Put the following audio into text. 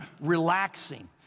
relaxing